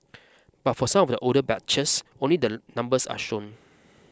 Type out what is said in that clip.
but for some of the older batches only the numbers are shown